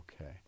Okay